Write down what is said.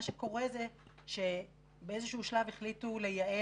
מה שקורה הוא שבאיזשהו שלב החליטו לייעל